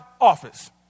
office